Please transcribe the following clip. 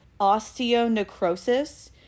osteonecrosis